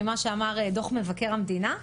ממה שאמר דוח מבקר המדינה.